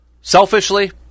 Selfishly